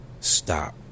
stop